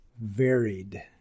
varied